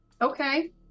Okay